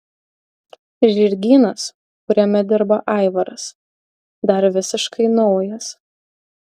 žirgynas kuriame dirba aivaras dar visiškai naujas